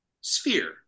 sphere